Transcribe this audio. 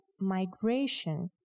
migration